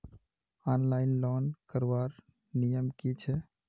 Online loan करवार नियम की छे?